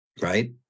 Right